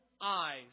eyes